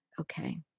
okay